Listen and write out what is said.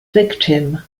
victim